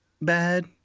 bad